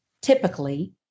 typically